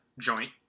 Joint